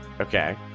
okay